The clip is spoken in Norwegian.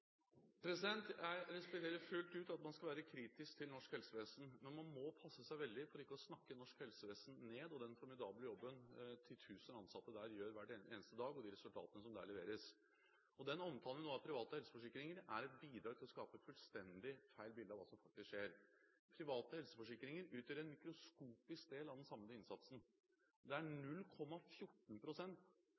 Jeg respekterer fullt ut at man skal være kritisk til norsk helsevesen, men man må passe seg veldig for ikke å snakke ned norsk helsevesen og den formidable jobben titusener av ansatte der gjør hver eneste dag, og de resultatene som leveres der. Denne omtalen av private helseforsikringer er et bidrag til å skape et fullstendig feil bilde av hva som faktisk skjer. Private helseforsikringer utgjør en mikroskopisk del av den samlede innsatsen – 0,14 pst. av helseutgiftene i landet er